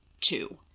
two